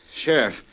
Sheriff